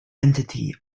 entity